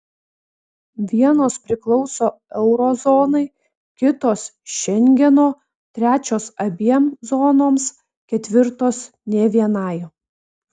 vienos priklauso euro zonai kitos šengeno trečios abiem zonoms ketvirtos nė vienai